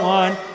one